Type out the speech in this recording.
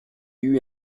eut